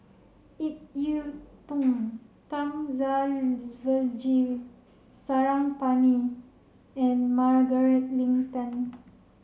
Ip Yiu Tung Thamizhavel G Sarangapani and Margaret Leng Tan